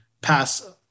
pass